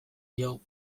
diogu